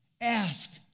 Ask